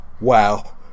Wow